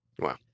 Wow